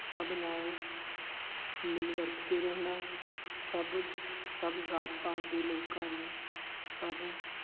ਸਭ ਨਾਲ ਮਿਲ ਵਰਤ ਕੇ ਰਹਿਣਾ ਸਭ ਸਭ ਜਾਤ ਪਾਤ ਦੇ ਲੋਕਾਂ ਨੂੰ ਸਭ